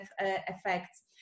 effects